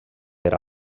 per